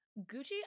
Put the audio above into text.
Gucci